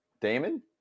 Damon